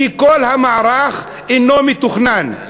כי כל המערך אינו מתוכנן.